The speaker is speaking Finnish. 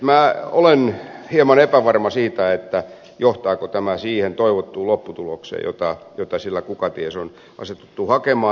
minä olen hieman epävarma siitä johtaako tämä siihen toivottuun lopputulokseen jota sillä kukaties on asetuttu hakemaan